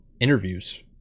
interviews